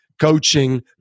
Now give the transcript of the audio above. coaching